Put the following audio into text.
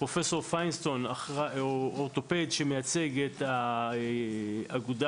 פרופ' פיינסטון אורתופד שמייצג את האגודה